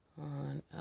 On